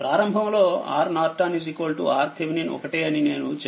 ప్రారంభం లో Rnorton Rthevenin ఒకటే అని నేను చెప్తున్నాను